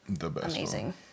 amazing